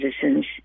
citizens